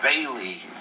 Bailey